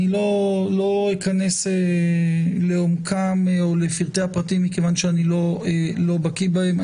אני לא אכנס לעומקם או לפרטי הפרטים מכיוון שאני לא בקיא בהם.